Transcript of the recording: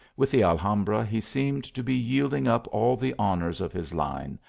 with the alhambra he seemed to be yielding up all the honours of his line,